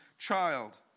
child